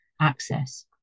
access